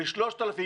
ל-3,000,